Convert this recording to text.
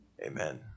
Amen